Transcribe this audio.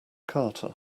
carter